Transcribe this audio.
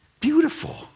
Beautiful